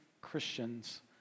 Christians